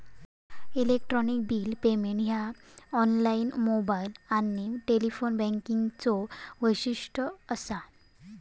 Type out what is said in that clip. electronic bill payment ह्या online, mobile आणि telephone बँकिंगचो वैशिष्ट्य असा